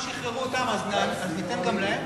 שחררו אותם אז ניתן גם להם?